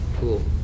Cool